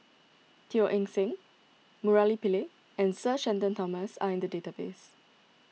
Teo Eng Seng Murali Pillai and Sir Shenton Thomas are in the database